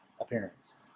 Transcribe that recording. appearance